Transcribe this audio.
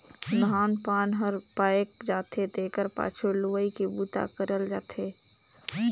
धान पान हर पायक जाथे तेखर पाछू लुवई के बूता करल जाथे